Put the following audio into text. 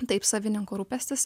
taip savininko rūpestis